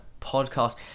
Podcast